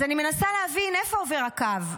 אז אני מנסה להבין איפה עובר הקו.